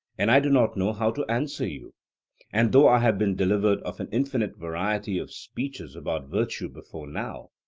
and i do not know how to answer you and though i have been delivered of an infinite variety of speeches about virtue before now,